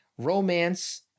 Romance